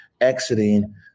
exiting